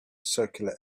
circular